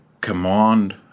command